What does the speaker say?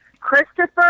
Christopher